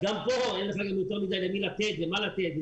אבל כאן אין לך למי לתת ומה לתת,